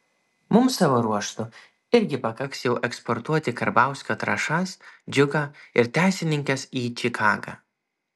mums savo ruožtu irgi pakaks jau eksportuoti karbauskio trąšas džiugą ir teisininkes į čikagą